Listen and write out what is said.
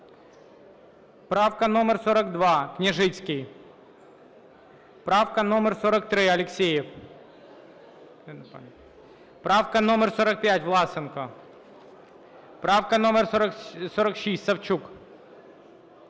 Правка номер 42, Княжицький. Правка номер 43, Алєксєєв. Правка номер 45, Власенко. Правка номер 46, Савчук.